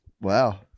Wow